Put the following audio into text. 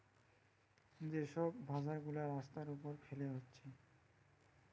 যে সব বাজার গুলা রাস্তার উপর ফেলে হচ্ছে